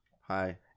Hi